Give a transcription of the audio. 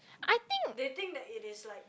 I think